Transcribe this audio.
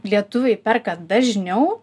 lietuviai perka dažniau